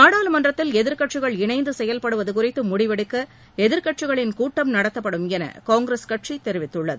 நாடாளுமன்றத்தில் எதிர்க்கட்சிகள் இணைந்து செயல்படுவது குறித்து முடிவெடுக்க எதிர்க்கட்சிகளின் கூட்டம் நடத்தப்படும் என காங்கிரஸ் கட்சி தெரிவித்துள்ளது